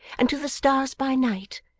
and to the stars by night,